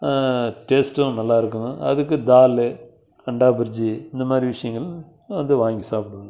டேஸ்ட்டும் நல்லா இருக்கும் அதுக்கு டால்லு அண்டா புர்ஜி இந்த மாதிரி விஷயங்கள் வந்து வாங்கி சாப்பிடுவேன்